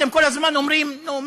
אתם כל הזמן אומרים: נו,